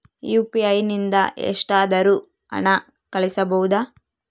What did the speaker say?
UPI ನಿಂದ ಎಷ್ಟಾದರೂ ಹಣ ಕಳಿಸಬಹುದಾ?